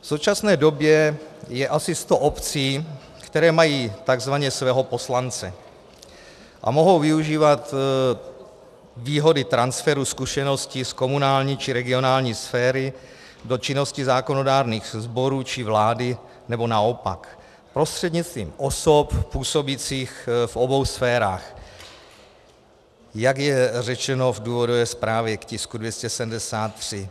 V současné době je asi 100 obcí, které mají takzvaně svého poslance a mohou využívat výhody transferu zkušeností z komunální či regionální sféry do činnosti zákonodárných výborů či vlády, nebo naopak, prostřednictvím osob působících v obou sférách, jak je řečeno v důvodové zprávě k tisku 273.